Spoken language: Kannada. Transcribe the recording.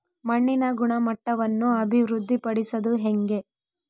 ಮಣ್ಣಿನ ಗುಣಮಟ್ಟವನ್ನು ಅಭಿವೃದ್ಧಿ ಪಡಿಸದು ಹೆಂಗೆ?